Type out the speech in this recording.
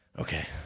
Okay